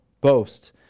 boast